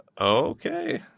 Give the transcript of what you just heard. Okay